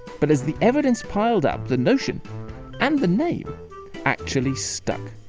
but as the evidence piled up, the notion and the name actually stuck.